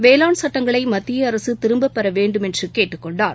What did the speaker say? வேளாண் சட்டங்களைமத்திய அரசுதிரும்பப்பெறவேண்டுமென்றுகேட்டுக் கொண்டார்